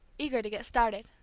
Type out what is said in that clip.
eager to get started.